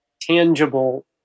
tangible